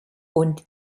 und